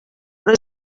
però